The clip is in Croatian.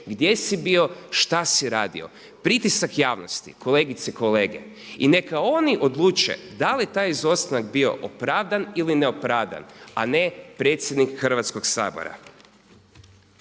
gdje si bio, šta si radio. Pritisak javnosti, kolegice i kolege, i neka oni odluče da li je taj izostanak bio opravdan ili ne opravdan, a ne predsjednik Hrvatskog sabora.